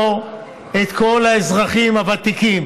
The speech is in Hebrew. לפטור את כל האזרחים הוותיקים